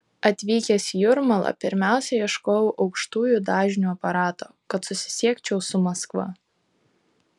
atvykęs į jūrmalą pirmiausia ieškojau aukštųjų dažnių aparato kad susisiekčiau su maskva